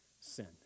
sin